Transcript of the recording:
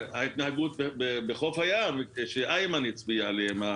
ההתנהגות בחוף הים שאיימן הצביע עליהם,